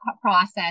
process